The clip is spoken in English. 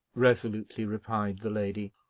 resolutely replied the lady.